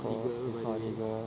no it's not legal